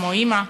כמו אימא,